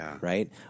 right